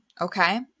okay